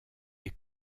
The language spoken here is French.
est